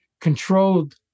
controlled